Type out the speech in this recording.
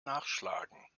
nachschlagen